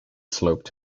sloped